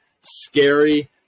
scary